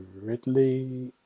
ridley